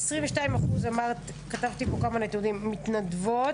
כמה אחוזים כיום נשים מתנדבות